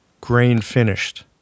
grain-finished